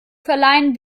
verleihen